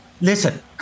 listen